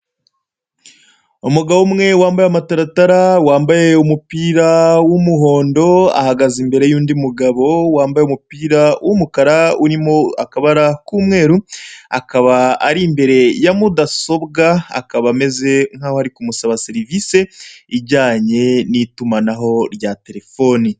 Umugabo umwe wambaye amataratara, wambaye umupira w'umuhondo ahagaze imbere y'undi mugabo wambaye umupira w'umukara urimo akabara k'umweru, akaba ari imbere ya mudasobwa, akaba ameze nk'aho ari kumusana serivise, ijyanye n'itumanaho rya telefone.